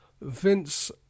...Vince